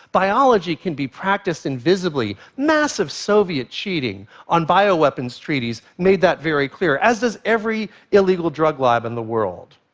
biology can be practiced invisibly. massive soviet cheating on bioweapons treaties made that very clear, as does every illegal drug lab in the world.